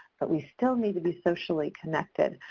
but we still need to be socially connected.